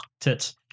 Tits